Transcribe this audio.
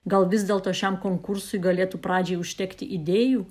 gal vis dėlto šiam konkursui galėtų pradžiai užtekti idėjų